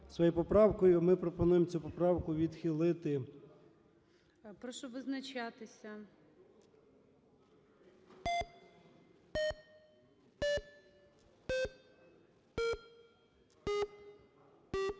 Ми пропонуємо цю поправку відхилити.